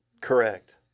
Correct